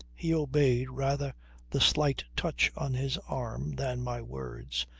he obeyed rather the slight touch on his arm than my words,